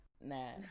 Nah